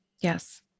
Yes